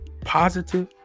positive